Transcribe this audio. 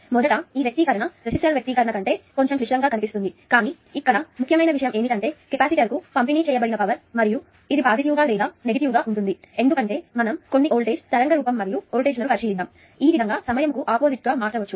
మొదట ఈ వ్యక్తీకరణ రెసిస్టర్ వ్యక్తీకరణ కంటే కొంచెం క్లిష్టంగా కనిపిస్తుంది కానీ ఇక్కడ ముఖ్యమైన విషయం ఏమిటంటే ఇది కెపాసిటర్కు పంపిణీ చేయబడిన పవర్ మరియు ఇది పాజిటివ్ గా లేదా నెగిటివ్ గా ఉంటుంది ఎందుకంటే మనం కొన్ని వోల్టేజ్ తరంగ రూపం మరియు వోల్టేజ్లను పరిశీలిద్దాం ఈ విధంగా సమయం కు ఆపోజిట్ గా మారవచ్చు